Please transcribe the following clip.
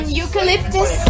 eucalyptus